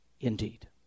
indeed